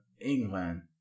England